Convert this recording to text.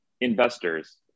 investors